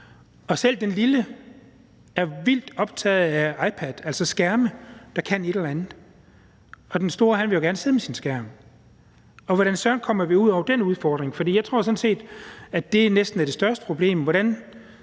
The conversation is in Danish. og selv den lille er vildt optaget af iPads, altså skærme, der kan et eller andet, og den store vil jo gerne sidde med sin skærm – og hvordan søren kommer vi ud over den udfordring? For jeg tror sådan set, at det næsten er det største problem